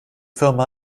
firma